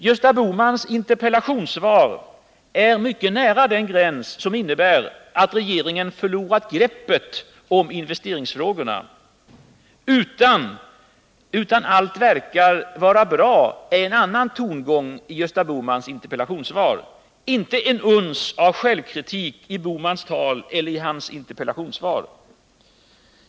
Gösta Bohmans interpellationssvar tyder på att regeringen är mycket nära den gräns där den förlorar greppet om investeringsfrågorna. ”Allt verkar vara bra” är en annan tongång i Gösta Bohmans interpellationssvar — inte ett uns av självkritik i Gösta Bohmans tal eller hans interpellationssvar.